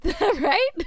right